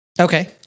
Okay